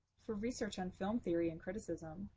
for research on film theory and criticism,